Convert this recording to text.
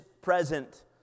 present